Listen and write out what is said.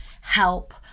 help